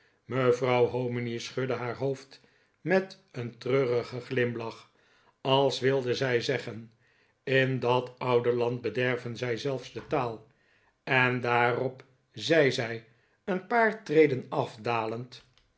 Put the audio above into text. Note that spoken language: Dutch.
mevrouw hominy schudde haar hoofd met een treurigen glimlach als wilde zij zeggen in dat oude land bederven zij zelfs de taal en daarop zei zij een paar treden afdalend